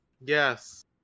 Yes